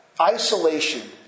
Isolation